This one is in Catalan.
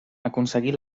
aconseguir